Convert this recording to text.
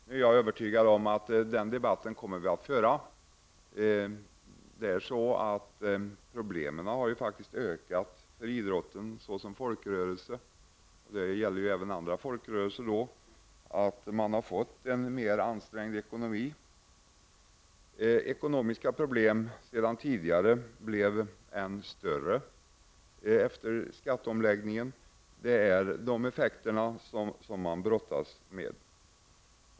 Jag är dock övertygad om att vi kommer att få den debatten. Problemen för idrotten har faktiskt ökat. Man har liksom andra folkrörelser fått en mer ansträngd ekonomi. Redan tidigare stora ekonomiska problem blev än större efter skatteomläggningen. Det är effekterna av just skatteomläggningen som man nu brottas med.